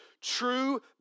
true